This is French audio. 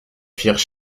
firent